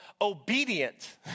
obedient